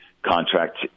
Contract